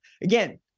Again